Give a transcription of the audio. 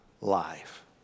life